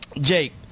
Jake